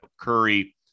curry